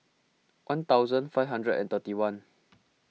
one thousand five hundred and thirty one